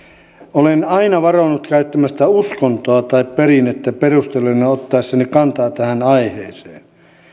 olen aina varonut käyttämästä uskontoa tai perinnettä perusteluina ottaessani kantaa tähän aiheeseen